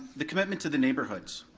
the commitment to the neighborhoods.